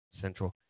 Central